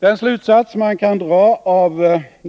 Den slutsats man kan dra av den redovisade personalökningen —